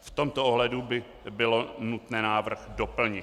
V tomto ohledu by bylo nutné návrh doplnit.